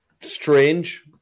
Strange